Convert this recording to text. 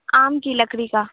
آم کی لکڑی کا